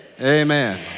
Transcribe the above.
amen